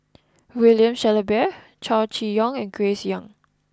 William Shellabear Chow Chee Yong and Grace Young